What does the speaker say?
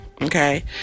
okay